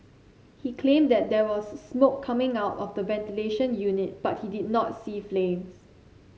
he claimed that there was smoke coming out of the ventilation unit but he did not see flames